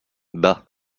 bah